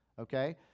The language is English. Okay